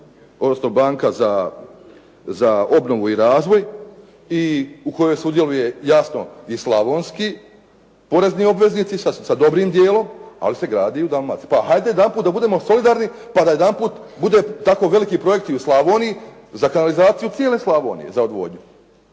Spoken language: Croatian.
Međunarodna banka za obnovu i razvoj u kojem sudjeluje jasno i Slavonski porezni obveznici sa dobrim dijelom, ali se gradi i u Dalmaciji. Pa hajde jedanput da budemo solidarni pa da jedanput bude tako veliki projekt i u Slavoniji za kanalizaciju cijele Slavonije za odvodnju.